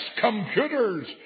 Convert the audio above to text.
computers